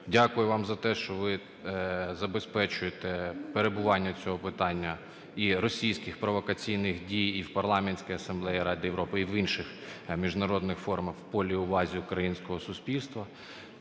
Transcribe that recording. Дякую вам за те, що ви забезпечуєте перебування цього питання і російських провокаційних дій і в Парламентський асамблеї Ради Європи, і в інших міжнародних формах в полі уваги українського суспільства.